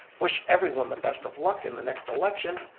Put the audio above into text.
wish everyone the best of luck in the next election,